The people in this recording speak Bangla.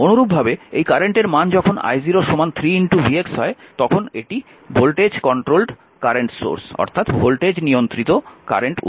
অনুরূপভাবে এই কারেন্টের মান যখন i0 3 vx হয় তখন এটি ভোল্টেজ নিয়ন্ত্রিত কারেন্ট উৎস